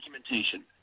documentation